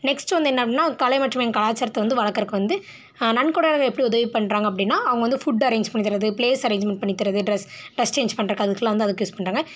next வந்து என்னனா கலை மற்றும் எங்கள் கலாச்சாரத்தை வந்து வளர்க்கறக்கு வந்து நன்கொடையாளர்கள் எப்படி உதவி பண்ணுறாங்க அப்படின்னா அவங்க வந்து ஃபுட் அரேஞ்ச் பண்ணித்தர்றது ப்ளேஸ் அரேஞ்ச்மென்ட் பண்ணித் தர்றது ட்ரெஸ் ட்ரெஸ் சேஞ்ச் பண்றதுக்கு அதுக்கெலான் வந்து அதுக்கு யூஸ் பண்ணுறாங்க